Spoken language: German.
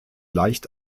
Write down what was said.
leicht